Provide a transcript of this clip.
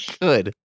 good